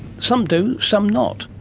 some do, some not.